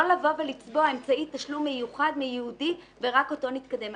לא לבוא ולקבוע אמצעי תשלום מיוחד וייעודי ורק אתו נתקדם.